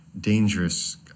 dangerous